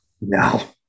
no